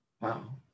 wow